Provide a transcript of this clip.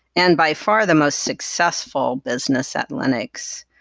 and by far the most successful business at linux,